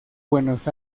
buenos